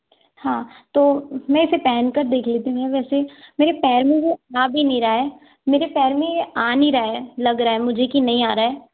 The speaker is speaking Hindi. हाँ तो मैं इसे पहनकर देख लेती हूं वैसे मेरे पैर में ये आ भी नहीं रहा है मेरे पैर में ये आ नहीं रहा है लग रहा है मुझे कि नहीं आ रहा है